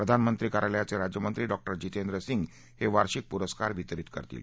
प्रधानमंत्री कार्यालयाचे राज्यमंत्री डॉक्टर जितेंद्र सिंग हे वार्षिक पुरस्कार वितरीत करतील